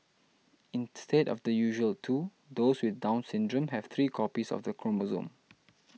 instead of the usual two those with Down Syndrome have three copies of the chromosome